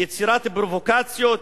יצירת פרובוקציות,